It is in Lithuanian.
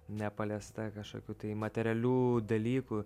nepaliesta kažkokių materialių dalykų